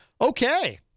Okay